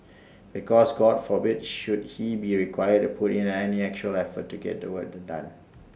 because God forbid should he be required to put in any actual effort to get the work to done